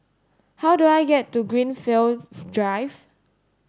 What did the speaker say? how do I get to Greenfield Drive